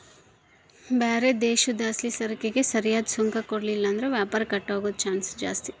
ಬ್ಯಾರೆ ದೇಶುದ್ಲಾಸಿಸರಕಿಗೆ ಸರಿಯಾದ್ ಸುಂಕ ಕೊಡ್ಲಿಲ್ಲುದ್ರ ವ್ಯಾಪಾರ ಕಟ್ ಆಗೋ ಚಾನ್ಸ್ ಜಾಸ್ತಿ